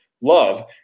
love